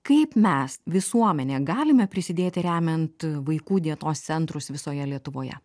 kaip mes visuomenė galime prisidėti remiant vaikų dienos centrus visoje lietuvoje